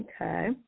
Okay